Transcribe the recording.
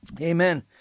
Amen